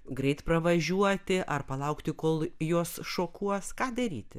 greit pravažiuoti ar palaukti kol juos šokuos ką daryti